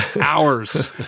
hours